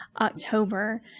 October